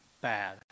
Bad